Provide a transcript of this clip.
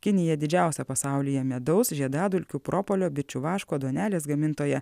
kinija didžiausia pasaulyje medaus žiedadulkių propolio bičių vaško duonelės gamintoja